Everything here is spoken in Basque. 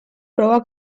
proba